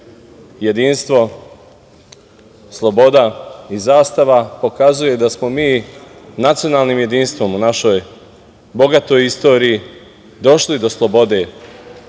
jedinstvo, sloboda i zastava, pokazuje da smo mi nacionalnim jedinstvom u našoj bogatoj istoriji došli do slobode